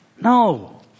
No